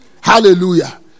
Hallelujah